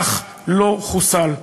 אך לא חוסל.